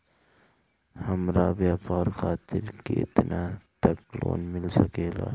हमरा व्यापार खातिर केतना तक लोन मिल सकेला?